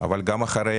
אבל גם אחרי,